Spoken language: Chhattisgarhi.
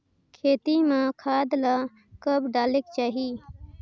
खेती म खाद ला कब डालेक चाही?